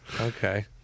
Okay